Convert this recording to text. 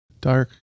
dark